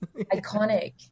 iconic